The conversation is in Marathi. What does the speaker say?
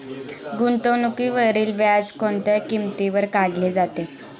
गुंतवणुकीवरील व्याज कोणत्या किमतीवर काढले जाते?